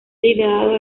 liderado